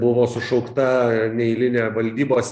buvo sušaukta neeilinė valdybos